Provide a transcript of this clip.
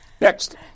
Next